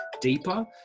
deeper